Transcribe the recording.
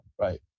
right